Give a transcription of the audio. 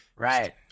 Right